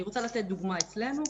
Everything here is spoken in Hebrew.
אני רוצה לתת דוגמה אצלנו,